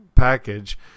package